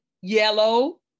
yellow